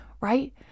right